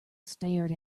stared